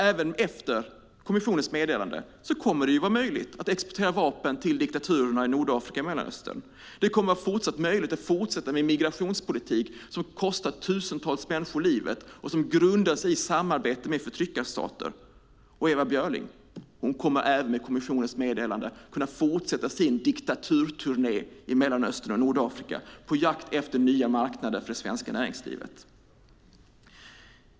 Även efter kommissionens meddelande kommer det ju att vara möjligt att exportera vapen till diktaturerna i Nordafrika och Mellanöstern. Det kommer att vara fortsatt möjligt att fortsätta med en migrationspolitik som kostat tusentals människor livet och som grundas i samarbete med förtryckarstater. Ewa Björling kommer även efter kommissionens meddelande att kunna fortsätta sin diktaturturné i Mellanöstern och Nordafrika på jakt efter nya marknader för det svenska näringslivet.